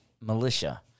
militia